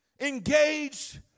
engaged